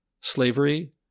slavery